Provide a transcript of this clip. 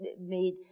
made